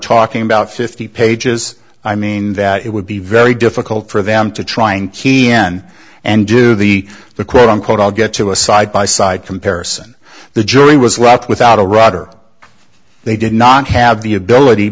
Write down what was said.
talking about fifty pages i mean that it would be very difficult for them to try and keep in and do the the quote unquote i'll get to a side by side comparison the jury was left without a rudder they did not have the ability